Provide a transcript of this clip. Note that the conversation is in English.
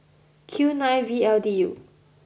Q nine V L D U